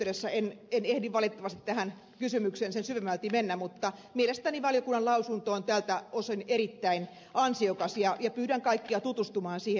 tässä yhteydessä en ehdi valitettavasti tähän kysymykseen sen syvemmälti mennä mutta mielestäni valiokunnan lausunto on tältä osin erittäin ansiokas ja pyydän kaikkia tutustumaan siihen